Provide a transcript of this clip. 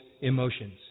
emotions